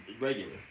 regular